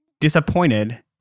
disappointed